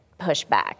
pushback